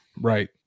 Right